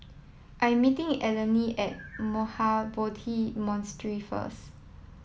I'm meeting Eleni at Mahabodhi Monastery first